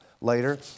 later